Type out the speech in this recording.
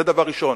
זה דבר ראשון.